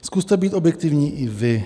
Zkuste být objektivní i vy.